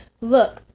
Look